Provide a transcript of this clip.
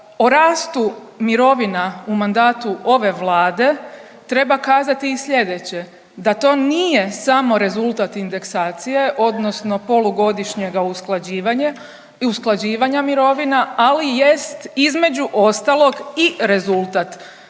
O rastu mirovina u mandatu ove Vlade treba kazati i sljedeće da to nije samo rezultat indeksacije, odnosno polugodišnjega usklađivanja mirovina ali jest između ostalog i rezultat